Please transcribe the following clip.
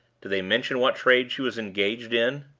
did they mention what trade she was engaged in?